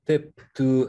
taip tų